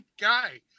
guy